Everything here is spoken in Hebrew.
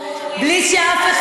ויש לו השקפת עולמו,